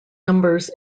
numbers